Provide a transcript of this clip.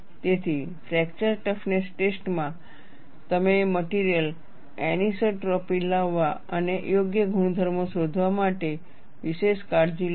તેથી fracture toughness ટેસ્ટમાં તમે મટેરિયલ એનિસોટ્રોપી લાવવા અને યોગ્ય ગુણધર્મો શોધવા માટે પણ વિશેષ કાળજી લો છો